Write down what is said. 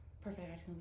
perfect